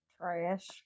Trash